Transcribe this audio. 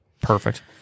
Perfect